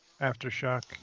aftershock